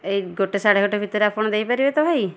ଏଇ ଗୋଟେ ସାଢ଼େ ଗୋଟେ ଭିତରେ ଆପଣ ଦେଇପାରିବେ ତ ଭାଇ